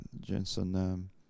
jensen